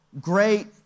great